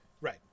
right